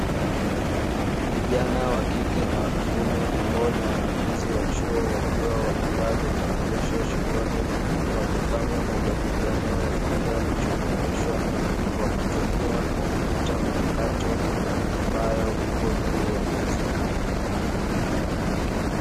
Vijana wa kike na wa kiume ambao ni wanafunzi wa chuo wakiwa wamevaa vitambulisho shingoni, wakifanya majadiliano ya kile walichofundishwa kwa kutumia kompyuta mpakato ambayo ipo juu ya meza.